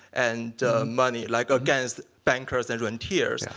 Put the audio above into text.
and money, like against bankers and rentiers.